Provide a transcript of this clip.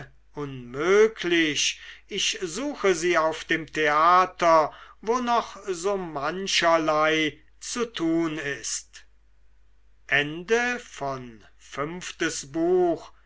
unmöglich ich suche sie auf dem theater wo noch so mancherlei zu tun ist